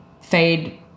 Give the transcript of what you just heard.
fade